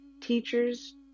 teachers